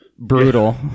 brutal